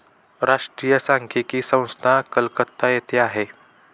राष्ट्रीय सांख्यिकी संस्था कलकत्ता येथे आहे